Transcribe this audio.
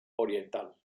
oriental